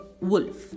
Wolf